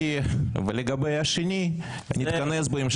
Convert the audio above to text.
ולגבי השני נתכנס בהמשך ונחליט.